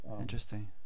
Interesting